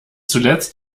zuletzt